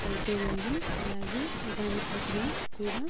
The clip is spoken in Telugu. అయితే ఉందో అలాగే దాని పదును కూడా